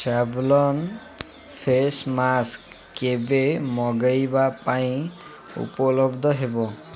Savlon face mask କେବେ ମଗାଇବା ପାଇଁ ଉପଲବ୍ଧ ହେବ